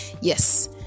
yes